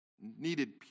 needed